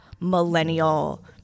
millennial